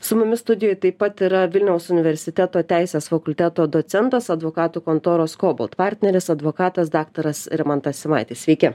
su mumis studijoj taip pat yra vilniaus universiteto teisės fakulteto docentas advokatų kontoros kobot partneris advokatas daktaras rimantas simaitis sveiki